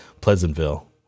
Pleasantville